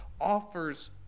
offers